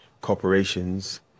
corporations